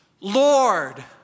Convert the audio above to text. Lord